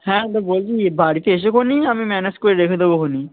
হ্যাঁ তা বলছি বাড়িতে এসে কো নিয়ে যা আমি ম্যানেজ করে রেখে দেবোখনি